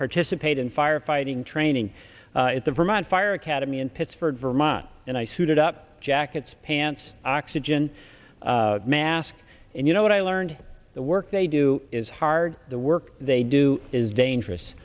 participate in firefighting training at the vermont fire academy in pittsford vermont and i suited up jackets pants oxygen mask and you know what i learned the work they do is hard the work they do is dangerous